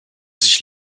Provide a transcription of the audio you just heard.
sich